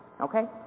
okay